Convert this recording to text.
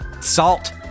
Salt